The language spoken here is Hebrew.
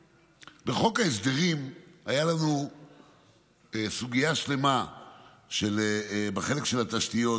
בחוק ההסדרים הייתה לנו סוגיה שלמה בחלק של התשתיות,